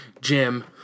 Jim